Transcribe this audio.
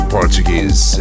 Portuguese